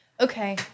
Okay